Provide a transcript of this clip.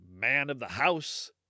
man-of-the-house